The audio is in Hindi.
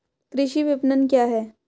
कृषि विपणन क्या है?